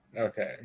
Okay